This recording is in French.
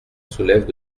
soulèvent